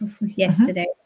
yesterday